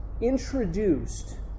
introduced